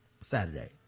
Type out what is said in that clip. Saturday